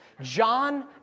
John